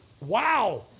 wow